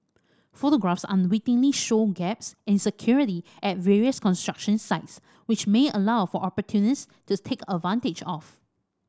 photographs unwittingly show gaps in security at various construction sites which may allow for opportunists to take advantage of